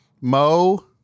Mo